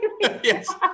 Yes